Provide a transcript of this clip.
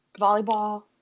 Volleyball